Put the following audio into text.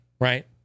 right